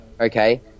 okay